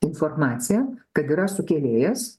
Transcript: informaciją kad yra sukėlėjas